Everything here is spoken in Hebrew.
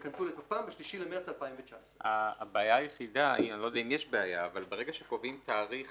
ייכנסו לתוקפם ב-3 למרס 2019. הבעיה שברגע קובעים תאריך